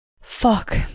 Fuck